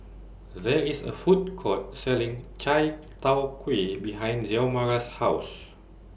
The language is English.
There IS A Food Court Selling Chai Tow Kuay behind Xiomara's House